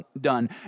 done